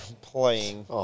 playing